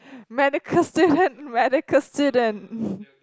medical student medical student